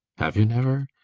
have you never?